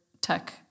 tech